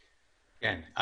כן.